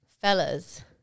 fellas